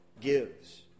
gives